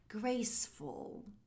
graceful